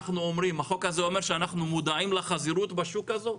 החוק הזה אומר שאנחנו מודעים לחזירות בשוק הזה.